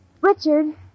Richard